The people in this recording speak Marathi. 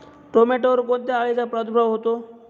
टोमॅटोवर कोणत्या अळीचा प्रादुर्भाव होतो?